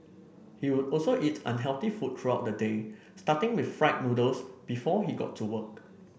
he would also eat unhealthy food throughout the day starting with fried noodles before he got to work